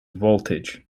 voltage